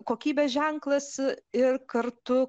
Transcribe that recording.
kokybės ženklas ir kartu